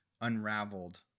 unraveled